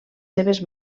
seves